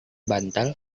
bantal